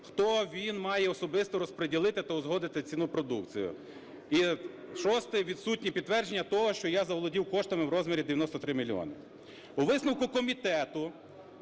хто він має особисто розприділити та узгодити ціну продукції, і шосте – відсутні підтвердження того, що я заволодів коштами в розмірі 93 мільйони. У висновку комітету